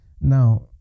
Now